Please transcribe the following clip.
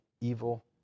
evil